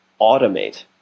automate